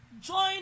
join